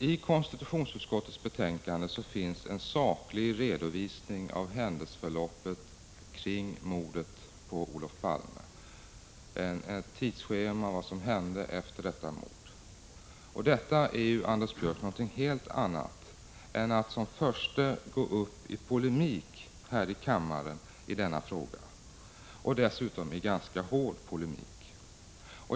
I konstitutionsutskottets betänkande finns en saklig redovisning av händelseförloppet kring mordet på Olof Palme och ett tidsschema över vad som hände därefter. Detta, Anders Björck, är någonting helt annat än att som den förste gå upp i polemik här i kammaren i denna fråga, dessutom i ganska hård polemik.